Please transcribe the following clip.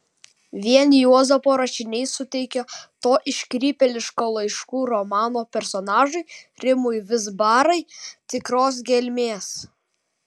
vien juozapo rašiniai suteikė to iškrypėliško laiškų romano personažui rimui vizbarai tikros gelmės